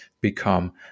become